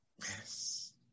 Yes